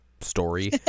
story